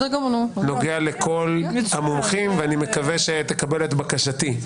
נוגע לכל המומחים, ואני מקווה שתקבל את בקשתי.